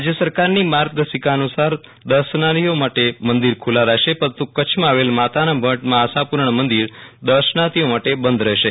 રાજ્ય સરકારની ગાઇડલાઈન અનુસાર દર્શનાર્થીઓ માટે મંદિર ખુલ્લા રહેશે પરંતુ કચ્છમાં આવેલ માતાના મઢ મા આશાપુરાજીનું મંદિર દર્શનાર્થીઓ માટે બંધ રહેશે